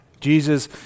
Jesus